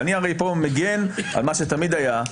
אני הרי פה מגן על מה שתמיד היה.